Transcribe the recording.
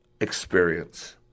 experience